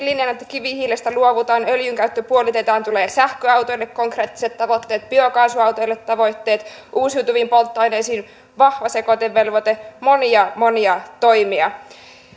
linjannut että kivihiilestä luovutaan öljynkäyttö puolitetaan tulee sähköautoille konkreettiset tavoitteet biokaasuautoille tavoitteet uusiutuviin polttoaineisiin vahva sekoitevelvoite monia monia toimia